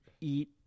eat